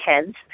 kids